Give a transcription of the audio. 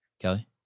kelly